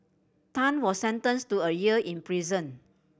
Tan was sentenced to a year in prison